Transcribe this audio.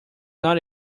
not